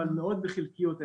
אבל מאוד בחלקיות.